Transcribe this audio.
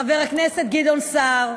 חבר הכנסת גדעון סער,